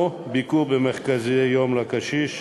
או ביקור במרכזי-יום לקשיש,